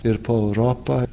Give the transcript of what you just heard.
ir po europą